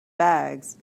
bags